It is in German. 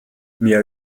mir